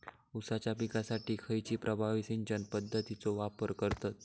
ऊसाच्या पिकासाठी खैयची प्रभावी सिंचन पद्धताचो वापर करतत?